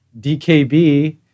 DKB